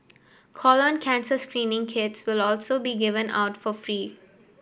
colon cancer screening kits will also be given out for free